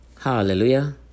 hallelujah